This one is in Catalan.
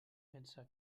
pensar